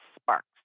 sparks